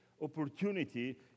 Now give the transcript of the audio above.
opportunity